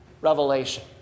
revelation